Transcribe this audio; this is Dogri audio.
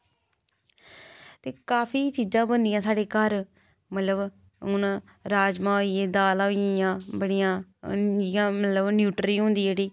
ते काफी चीजां बनियां साढ़े घर मतलब हून राजमां होई ए दालां होई एइयां बड़ियां इयां मतलब न्यूटरी ऐ जेह्ड़ी